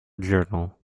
journal